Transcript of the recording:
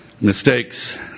Mistakes